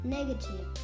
Negative